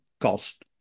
cost